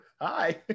hi